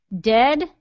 Dead